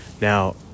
Now